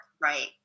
right